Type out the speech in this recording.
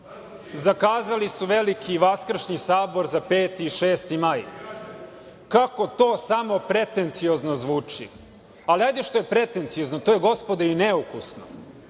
su veliki Vaskršnji sabor za 5. i 6. maj. Kako to samo pretenciozno zvuči? Ali, ajde što je pretenciozno, to je, gospodo, i neukusno.